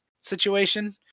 situation